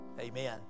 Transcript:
Amen